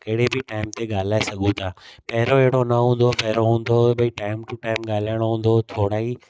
कहिड़े बि टाइम ते ॻाल्हाए सघूं था पहिरियों अहिड़ो न हूंदो हो पहिरियों हूंदो हो भई टाइम टू टाइम ॻाल्हाइणो हूंदो हो थोरा ई